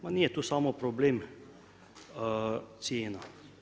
Ma nije tu samo problem cijena.